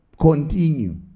continue